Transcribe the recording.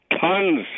Tons